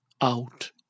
out